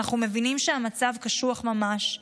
אנחנו מבינים שהמצב קשוח ממש,